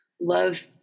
love